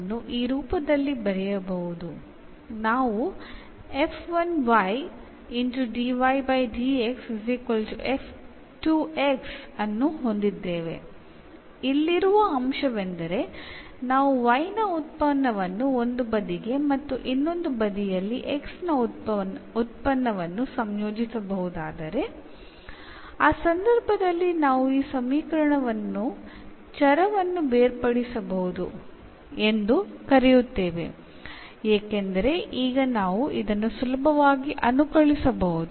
എന്ന ഈ രൂപത്തിൽ ഒരു ഡിഫറൻഷ്യൽ സമവാക്യം എഴുതാൻ കഴിയുമെങ്കിൽ ഇവിടെ യുടെ എല്ലാ ഫംഗ്ഷനുകളും ഒരു വശത്തേക്കും മറുവശത്ത് ന്റെ എല്ലാ ഫംഗ്ഷനുകളെയും ഒരുമിപ്പിക്കാൻ കഴിയുമെങ്കിൽ ഈ സമവാക്യത്തെ നമ്മൾ വേരിയബിൾ സെപറബിൾ സമവാക്യം എന്നു വിളിക്കുന്നു